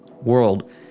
world